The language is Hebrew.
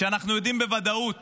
שאנחנו יודעים בוודאות